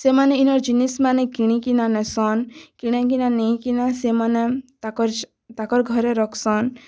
ସେମାନେ ଇନର ଜିନିଷ ମାନେ କିଣିକିନା ନେସନ୍ କିଣିକିନା ନେଇକିନା ସେମାନେ ତାଙ୍କର ସ ତାଙ୍କର ଘରେ ରଖସନ୍